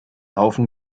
haufen